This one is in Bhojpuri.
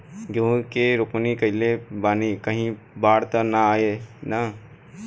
गेहूं के रोपनी कईले बानी कहीं बाढ़ त ना आई ना?